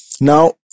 Now